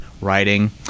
writing